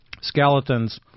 skeletons